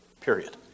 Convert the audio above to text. period